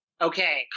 Okay